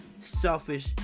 selfish